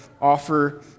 offer